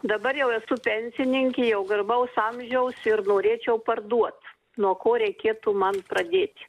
dabar jau esu pensininkė jau garbaus amžiaus ir norėčiau parduot nuo ko reikėtų man pradėti